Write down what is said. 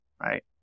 right